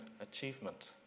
achievement